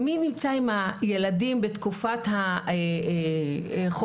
מי נמצא עם הילדים בתקופת החופשות,